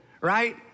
right